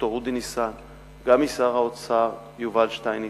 ד"ר אודי ניסן, גם אצל שר האוצר יובל שטייניץ,